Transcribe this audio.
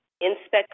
inspect